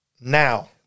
now